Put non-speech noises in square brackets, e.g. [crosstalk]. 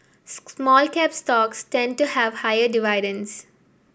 [unintelligible] small cap stocks tend to have higher dividends